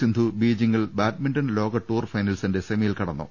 സിന്ധു ബീജിംഗിൽ ബാഡ്മിന്റൺ ലോക ടൂർ ഫൈനൽസിന്റെ സെമിയിൽ കടന്നു